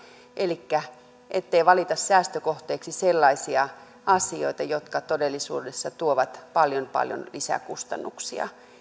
elikkä siihen ettei valita säästökohteiksi sellaisia asioita jotka todellisuudessa tuovat paljon paljon lisäkustannuksia